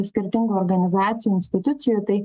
skirtingų organizacijų institucijų tai